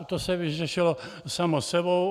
To se vyřešilo samo sebou.